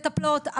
מטפלות,